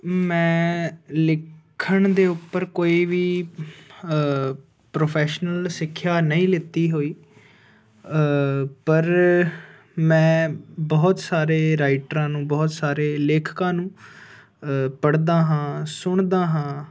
ਮੈਂ ਲਿਖਣ ਦੇ ਉੱਪਰ ਕੋਈ ਵੀ ਪ੍ਰੋਫੈਸ਼ਨਲ ਸਿੱਖਿਆ ਨਹੀਂ ਲਿਤੀ ਹੋਈ ਪਰ ਮੈਂ ਬਹੁਤ ਸਾਰੇ ਰਾਈਟਰਾਂ ਨੂੰ ਬਹੁਤ ਸਾਰੇ ਲੇਖਕਾਂ ਨੂੰ ਪੜ੍ਹਦਾ ਹਾਂ ਸੁਣਦਾ ਹਾਂ